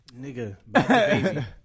Nigga